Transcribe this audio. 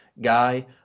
guy